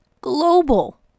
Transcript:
global